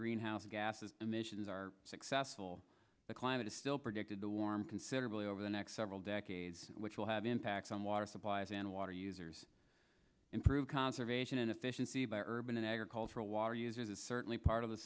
greenhouse gases emissions are successful the climate is still predicted the warm considerably over the next several decades which will have impacts on water supplies and water users improve conservation and efficiency by urban agricultural water use is certainly part of the